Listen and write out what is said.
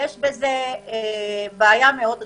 יש בזה בעיה מאוד רצינית.